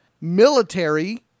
military